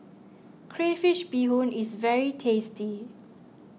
Crayfish BeeHoon is very tasty